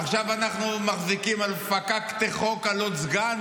עכשיו אנחנו מחזיקים פקקטה חוק על עוד סגן,